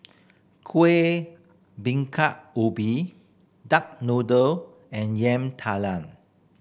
Kueh Bingka Ubi duck noodle and Yam Talam